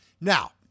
Now